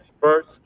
first